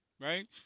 right